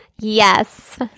Yes